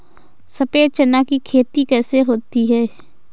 सफेद चना की खेती कैसे होती है?